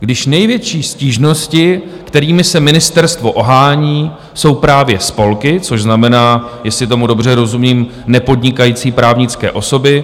když největší stížnosti, kterými se ministerstvo ohání, jsou právě spolky, což znamená, jestli tomu dobře rozumím, nepodnikající právnické osoby.